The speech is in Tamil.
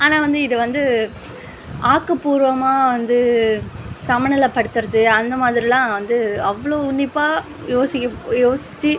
ஆனால் வந்து இது வந்து ஆக்கப்பூர்வமாக வந்து சமநிலைப்படுத்துகிறது அந்த மாதிரியெலாம் வந்து அவ்வளோ உன்னிப்பாக யோசிக்கப் யோசிச்சு